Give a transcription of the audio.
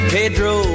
Pedro